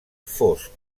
fosc